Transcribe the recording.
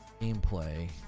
gameplay